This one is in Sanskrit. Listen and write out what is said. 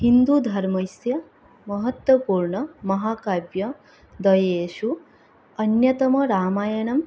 हिन्दुधर्मस्य महत्त्वपूर्णमहाकाव्या दिषु अन्यतमं रामायणम्